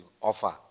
offer